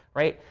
right?